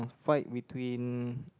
fight between